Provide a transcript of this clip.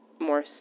more